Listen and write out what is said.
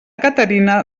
caterina